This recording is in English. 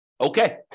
Okay